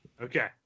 okay